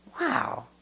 Wow